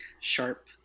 sharp